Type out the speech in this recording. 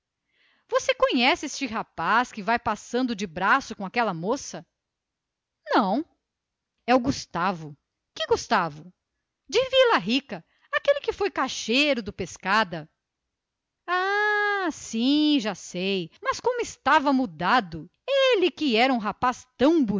você conhece este rapaz que vai passando de braço dado a uma moça não é o gustavo que gustavo de vila rica aquele que foi caixeiro do pescada ah sim já sei mas como ficou mudado ele que era um rapaz tão